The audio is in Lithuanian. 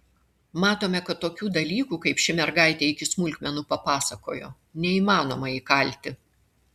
matome kad tokių dalykų kaip ši mergaitė iki smulkmenų papasakojo neįmanoma įkalti